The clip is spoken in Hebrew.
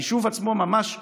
היישוב עצמו ממש בסכנה,